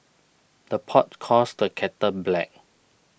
the pot calls the kettle black